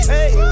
Hey